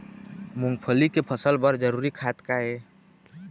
मूंगफली के फसल बर जरूरी खाद का ये?